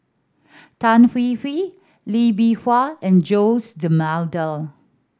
Tan Hwee Hwee Lee Bee Wah and Jose D'Almeida